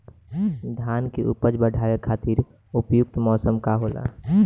धान के उपज बढ़ावे खातिर उपयुक्त मौसम का होला?